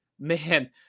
man